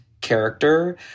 character